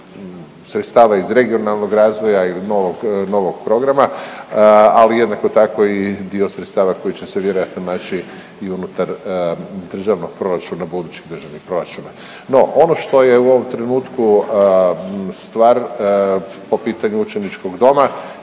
sredstava iz regionalnog razvoja ili novog, novog programa, ali jednako tako i dio sredstava koji će se vjerojatno naći i unutar državnog proračuna budućih državnih proračuna. No ono što je u ovom trenutku stvar po pitanju učeničkog doma